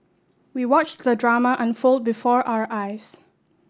we watched the drama unfold before our eyes